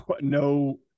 no